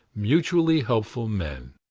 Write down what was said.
mutually-helpful men?